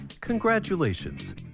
Congratulations